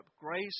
grace